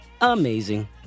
amazing